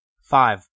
Five